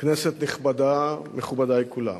כנסת נכבדה, מכובדי כולם,